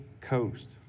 coast